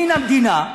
מן המדינה,